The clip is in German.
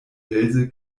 welse